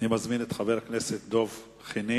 אני מזמין את חבר הכנסת דב חנין.